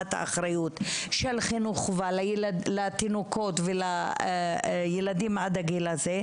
את האחריות של חינוך חובה לתינוקות ולילדים עד הגיל הזה,